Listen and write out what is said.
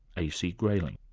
a. c. grayling.